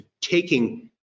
taking